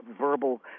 verbal